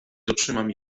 dotrzymam